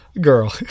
girl